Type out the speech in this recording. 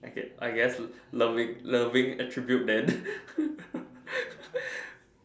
I guess I guess loving loving attribute then